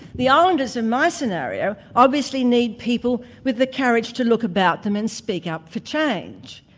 the islanders in my scenario obviously need people with the courage to look about them and speak up for change.